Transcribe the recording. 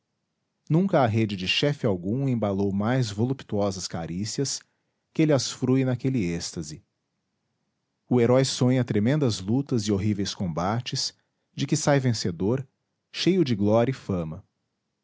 nunca a rede de chefe algum embalou mais voluptuosas carícias que ele as frui naquele êxtase o herói sonha tremendas lutas e horríveis combates de que sai vencedor cheio de glória e fama